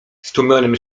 stłumionym